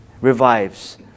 revives